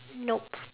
nope